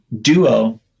duo